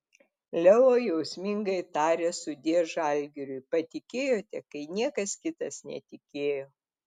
leo jausmingai tarė sudie žalgiriui patikėjote kai niekas kitas netikėjo